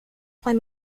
trois